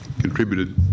contributed